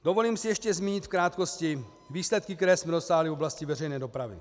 Dovolím si ještě zmínit v krátkosti výsledky, které jsme dosáhli v oblasti veřejné dopravy.